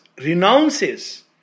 renounces